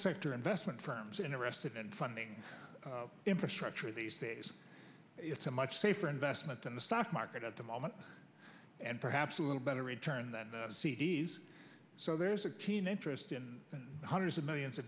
sector investment firms and arrested and funding infrastructure these days it's a much safer investment than the stock market at the moment and perhaps a little better return than c d s so there's a keen interest in the hundreds of millions of